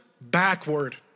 backward